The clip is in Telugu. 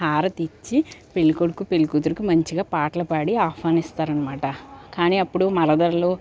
హారతిచ్చి పెళ్ళికొడుకు పెళ్ళికూతురికి మంచిగా పాటలు పాడి ఆహ్వానిస్తారనమాట కానీ అప్పుడు మరదళ్ళు